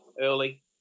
early